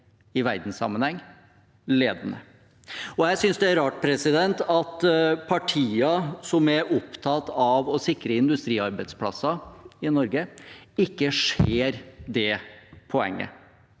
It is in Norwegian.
i verdenssammenheng. Jeg synes det er rart at partier som er opptatt av å sikre industriarbeidsplasser i Norge, ikke ser det poenget,